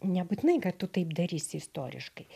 nebūtinai kad tu taip darysi istoriškai